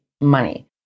money